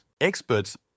Experts